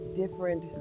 different